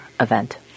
event